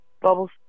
Bubbles